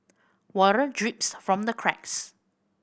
water drips from the cracks